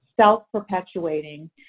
self-perpetuating